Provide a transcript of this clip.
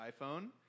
iPhone